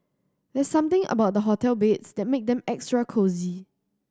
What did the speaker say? there's something about hotel beds that make them extra cosy